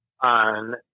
on